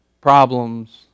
problems